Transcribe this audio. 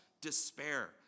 despair